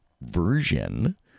version